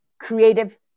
creative